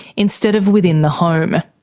instead of within the home.